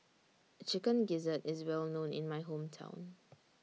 Chicken Gizzard IS Well known in My Hometown